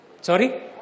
Sorry